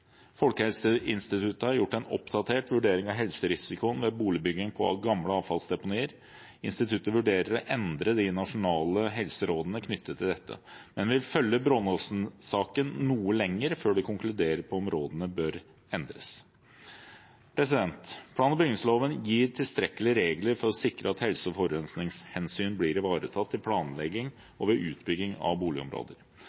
Folkehelseinstituttet har gjort en oppdatert vurdering av helserisiko ved boligbygging på gamle avfallsdeponier. Instituttet vurderer å endre de nasjonale helserådene knyttet til dette, men vil følge Brånåsen-saken noe lenger før de konkluderer med om rådene bør endres. Plan- og bygningsloven gir tilstrekkelige regler for å sikre at helse- og forurensningshensyn blir ivaretatt